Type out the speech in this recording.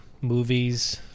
movies